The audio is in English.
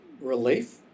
relief